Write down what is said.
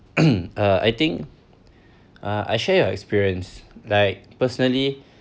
um uh I think uh I share your experience like personally